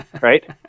Right